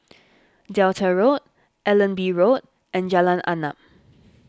Delta Road Allenby Road and Jalan Arnap